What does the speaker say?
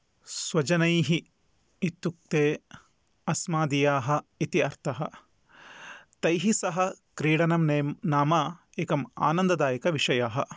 स्वजनैः इत्युक्ते अस्मदीयाः इति अर्थः तैः सह क्रीडनं नाम एकम् आनन्ददायकविषयः